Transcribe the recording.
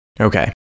okay